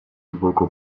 глубоко